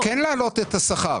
כן להעלות את השכר.